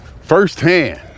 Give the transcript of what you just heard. firsthand